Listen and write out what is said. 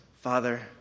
Father